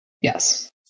yes